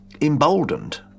emboldened